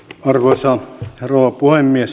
arvoisa rouva puhemies